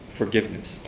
forgiveness